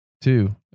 Two